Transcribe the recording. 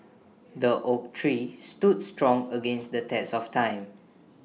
the oak tree stood strong against the test of time